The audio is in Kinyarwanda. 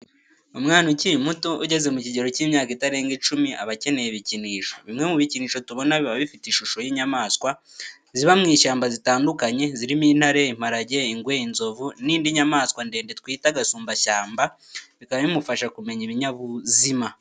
Umwana ukiri muto ugeze mu kigero cy’imyaka itarenga icumi aba akeneye ibikinisho. Bimwe mu bikinisho tubona biba bifite ishusho y’inyamaswa ziba mu ishyamba zitandukanye, zirimo intare, imparage, ingwe, inzovu, n’indi nyamanswa ndende twita agasumbashyamba, bikaba bimufasha kumenya ibinyabuzima.